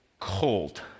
cold